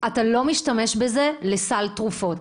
אתה לא משתמש בזה לסל תרופות.